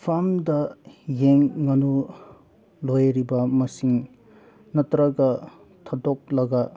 ꯐꯥꯔꯝꯗ ꯌꯦꯟ ꯉꯥꯅꯨ ꯂꯣꯏꯔꯤꯕ ꯃꯁꯤꯡ ꯅꯠꯇ꯭ꯔꯒ ꯊꯥꯗꯣꯛꯂꯒ